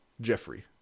jeffrey